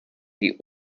die